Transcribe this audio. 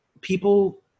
people